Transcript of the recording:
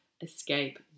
escape